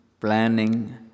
planning